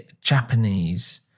Japanese